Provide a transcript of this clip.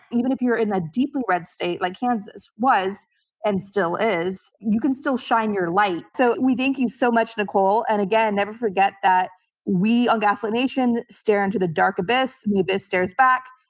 even if you're in a deep red state, like kansas was and still is, you can still shine your light. so we thank you so much nicole, and again never forget that we on gaslit nation stare into the dark abyss and the abyss stares back,